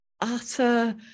utter